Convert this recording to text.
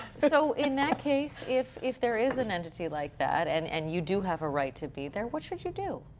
so in that case, if if there is an entity like that and and you do have a right to be there, what should you do?